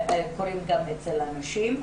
הם קורים גם אצל הנשים,